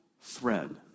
thread